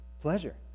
pleasure